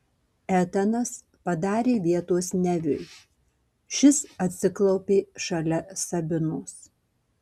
etanas padarė vietos neviui šis atsiklaupė šalia sabinos